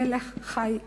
מלך חי וקיים.